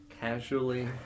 casually